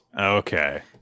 okay